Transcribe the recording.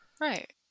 Right